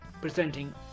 presenting